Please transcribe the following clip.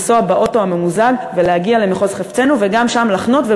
לנסוע באוטו הממוזג ולהגיע למחוז חפצנו וגם שם לחנות,